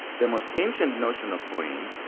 the most ancient notion of poiein,